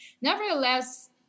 Nevertheless